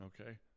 okay